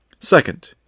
Second